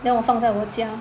then 我放在我家